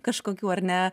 kažkokių ar ne